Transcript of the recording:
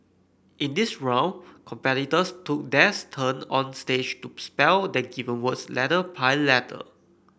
in this round competitors took their turn on stage to spell their given words letter by letter